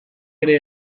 ere